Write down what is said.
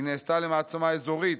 היא נעשתה מעצמה אזורית.